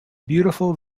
beautiful